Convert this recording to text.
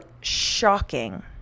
shocking